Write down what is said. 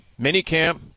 Minicamp